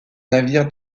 navire